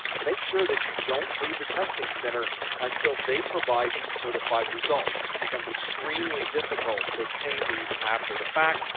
make sure that you don't leave the testing center until they provide these certified results. becomes extremely difficult to obtain these after the fact.